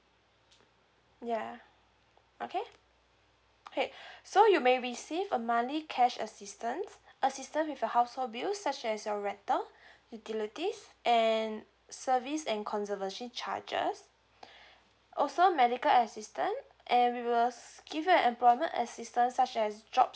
yeah okay okay so you may receive a monthly cash assistance assistance with your household bills such as your rental utilities and service and conservancy charges also medical assistant and we will give you an employment assistant such as job